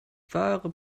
wahre